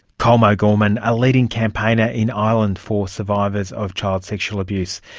colm o'gorman, a leading campaigner in ireland for survivors of child sexual abuse.